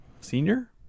Senior